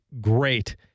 great